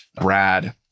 Brad